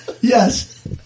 Yes